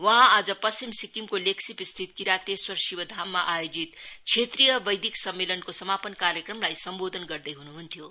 वहाँ आज पश्चिम सिक्किमको लेग्स्प स्थित किरातेश्वर शिव धाममा आयोजित क्षेत्रिय बैदिक सम्मेलनको समापन कार्यक्रमलाई सम्बोधन गर्दै हन्हन्थ्यो